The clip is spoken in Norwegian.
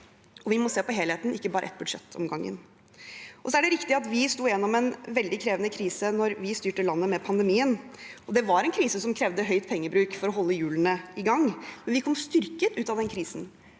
vi må se på helheten, ikke bare ett budsjett om gangen. Det er riktig at vi sto gjennom en veldig krevende krise da vi styrte landet, med pandemien. Det var en krise som krevde høy pengebruk for å holde hjulene i gang, men vi kom styrket ut av den krisen,